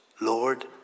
Lord